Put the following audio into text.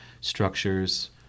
structures